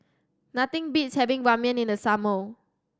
nothing beats having Ramen in the summer